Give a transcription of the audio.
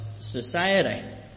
society